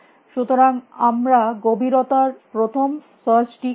সুতরাং আমরা গভীরতা প্রথম সার্চটি করছি